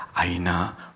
aina